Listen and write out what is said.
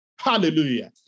Hallelujah